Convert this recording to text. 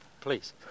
Please